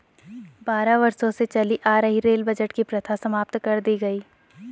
बारह वर्षों से चली आ रही रेल बजट की प्रथा समाप्त कर दी गयी